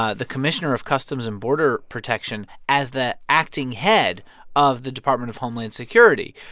ah the commissioner of customs and border protection, as the acting head of the department of homeland security.